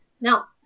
Now